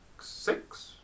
Six